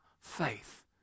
faith